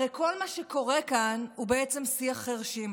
הרי כל מה שקורה כאן הוא בעצם שיח חירשים.